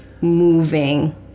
moving